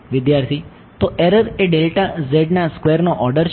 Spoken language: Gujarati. વિદ્યાર્થી તો એરર એ ડેલ્ટા z ના સ્ક્વેરનો ઓર્ડર છે